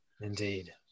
Indeed